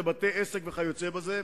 לבתי-עסק וכיוצא בזה,